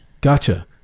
Gotcha